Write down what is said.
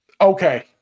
Okay